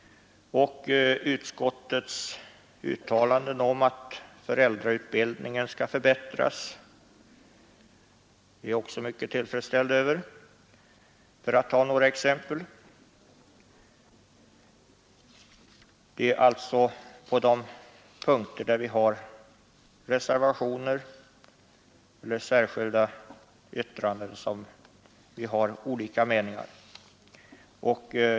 Utskottets uttalande om att föräldrautbildningen skall förbättras är vi också mycket tillfredsställda med, för att ta några exempel. Det är alltså på de punkter där vi har reservationer eller särskilda yttranden som vi har olika meningar.